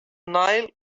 nile